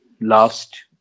last